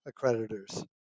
accreditors